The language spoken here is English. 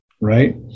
right